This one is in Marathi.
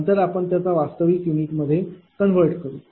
नंतर आपण त्याच्या वास्तविक युनिट मध्ये त्याला कन्व्हर्ट करू